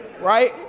right